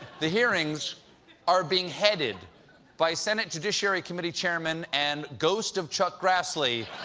the hearings are being headed by senate judiciary committee chairman and ghost of chuck grassley,